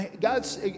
God's